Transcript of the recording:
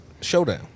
showdown